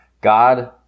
God